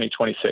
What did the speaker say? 2026